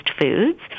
foods